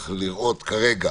צריך לראות כרגע